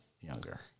younger